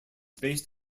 based